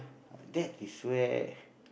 uh that is where